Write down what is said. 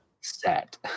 set